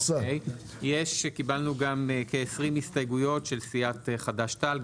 קיבלנו גם כ-20 הסתייגויות של סיעת חד"ש-תע"ל,